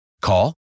Call